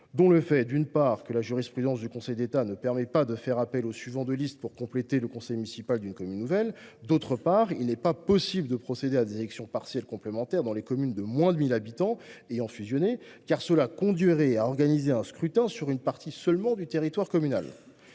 raisons. D’une part, la jurisprudence du Conseil d’État ne permet pas de faire appel aux suivants de liste pour compléter le conseil municipal d’une commune nouvelle. D’autre part, il n’est pas possible de procéder à des élections partielles complémentaires dans les communes de moins de 1 000 habitants ayant fusionné, car cela conduirait à organiser un scrutin sur une partie seulement du territoire communal.